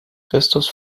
christus